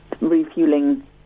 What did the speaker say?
refueling